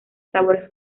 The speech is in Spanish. sabores